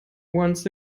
once